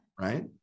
right